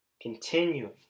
continuing